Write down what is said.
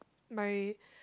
my